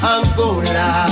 Angola